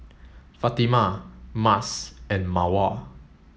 Fatimah Mas and Mawar